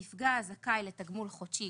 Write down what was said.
נפגע הזכאי לתגמול חודשי,